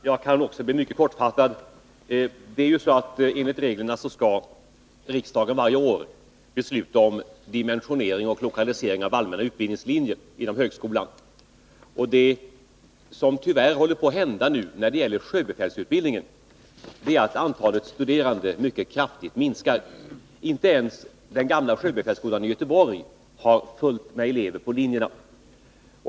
Herr talman! Jag kan också bli mycket kortfattad. Enligt reglerna skall riksdagen varje år besluta om dimensionering och lokalisering av allmänna utbildningslinjer inom högskolan. Det som nu tyvärr håller på att hända när det gäller sjöbefälsutbildningen är att antalet studerande mycket kraftigt minskar. Inte ens den gamla sjöbefälsskolan i Göteborg har fullt med elever på linjerna.